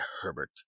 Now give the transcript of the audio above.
herbert